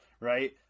Right